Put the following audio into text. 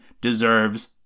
deserves